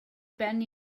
ben